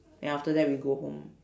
then after that we go home